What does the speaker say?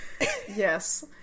Yes